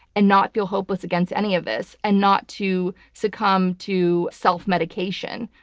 and not feel hopeless against any of this and not to succumb to self-medication.